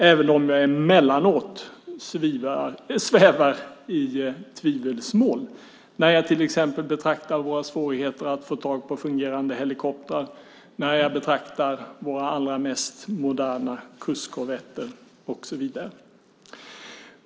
Men jag svävar emellanåt i tvivelsmål, när jag till exempel betraktar våra svårigheter att få tag på fungerande helikoptrar, när jag betraktar våra allra mest moderna kustkorvetter, och så vidare.